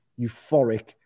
euphoric